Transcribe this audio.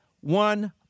one